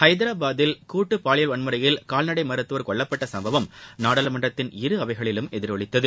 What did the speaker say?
ஹைதராபாத்தில் கூட்டு பாலியல் வன்முறையில் காவ்நடை மருத்துவர் கொல்லப்பட்ட சும்பவம் நாடாளுமன்றத்தின் இரு அவைகளிலும் எதிரொலித்தது